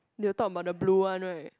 they will talk about the blue one right